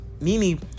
Mimi